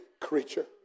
creature